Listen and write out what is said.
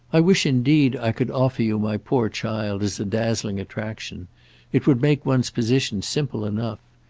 i wish indeed i could offer you my poor child as a dazzling attraction it would make one's position simple enough!